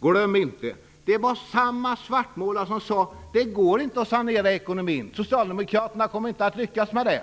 Glöm inte att det var samma svartmålare som sade: Det går inte att sanera ekonomin. Socialdemokraterna kommer inte att lyckas med det.